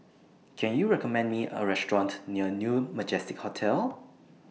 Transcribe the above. Can YOU recommend Me A Restaurant near New Majestic Hotel